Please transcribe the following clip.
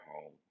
home